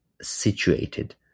situated